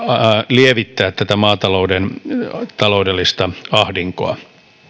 lievittää tätä maatalouden taloudellista ahdinkoa